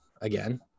again